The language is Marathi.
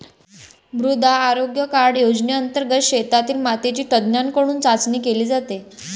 मृदा आरोग्य कार्ड योजनेंतर्गत शेतातील मातीची तज्ज्ञांकडून चाचणी केली जाते